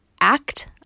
act